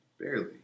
Barely